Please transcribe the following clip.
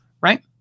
right